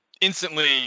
instantly